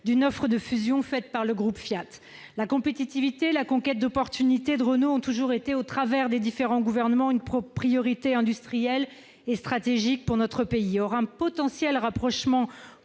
-d'une offre de fusion faite par le groupe Fiat. La compétitivité et la conquête d'opportunités par Renault ont toujours été, au fil des différents gouvernements, une priorité industrielle et stratégique pour notre pays. Or un potentiel rapprochement